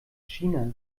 china